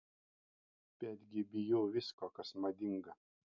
betgi bijau visko kas madinga